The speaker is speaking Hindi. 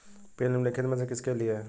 पिन निम्नलिखित में से किसके लिए है?